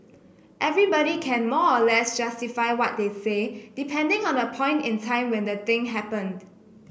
everybody can more or less justify what they say depending on the point in time when the thing happened